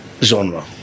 genre